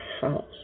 house